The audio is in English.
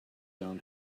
own